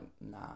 nah